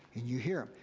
and you hear.